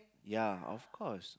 ya of course